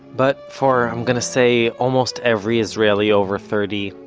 but, for, i'm gonna say almost every israeli over thirty,